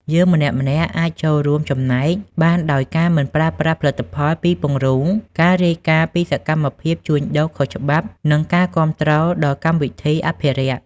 យើងម្នាក់ៗអាចចូលរួមចំណែកបានដោយការមិនប្រើប្រាស់ផលិតផលពីពង្រូល ការរាយការណ៍ពីសកម្មភាពជួញដូរខុសច្បាប់ និងការគាំទ្រដល់កម្មវិធីអភិរក្ស។